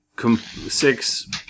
six